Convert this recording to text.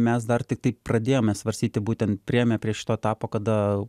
mes dar tiktai pradėjome svarstyti būtent priėjome prieš to etapo kada